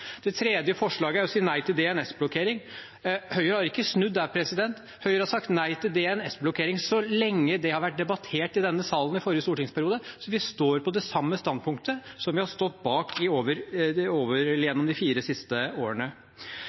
Det tredje forslaget er å si nei til DNS-blokkering. Høyre har ikke snudd der. Høyre har sagt nei til DNS-blokkering så lenge det har vært debattert i denne salen, i forrige stortingsperiode, så vi står på det samme standpunktet som vi har stått bak gjennom de fire siste årene.